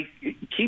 keep